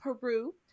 Peru